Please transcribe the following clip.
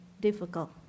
difficult